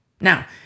Now